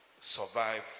survive